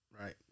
Right